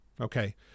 Okay